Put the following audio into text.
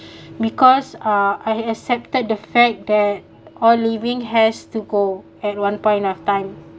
because uh I accepted the fact that all living has to go at one point of time